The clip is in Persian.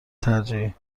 ترجیحی